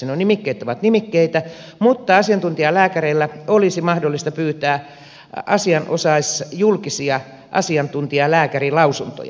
nuo nimikkeet ovat nimikkeitä mutta asiantuntijalääkäreillä olisi mahdollista pyytää asianosaisjulkisia asiantuntijalääkärilausuntoja